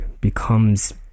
becomes